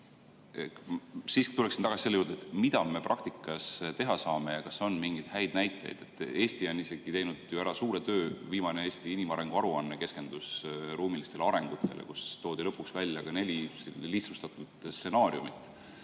Siiski tuleksin tagasi selle juurde, mida me praktikas teha saame, ja küsin, kas on mingeid häid näiteid. Eesti on isegi teinud ju ära suure töö. Viimane Eesti inimarengu aruanne keskendus ruumilistele arengutele, kus toodi lõpuks välja ka neli lihtsustatud stsenaariumit,